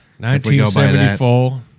1974